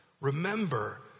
Remember